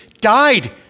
died